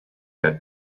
què